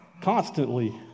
constantly